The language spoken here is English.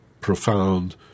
profound